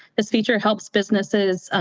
this feature helps businesses